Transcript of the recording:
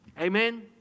Amen